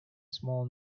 small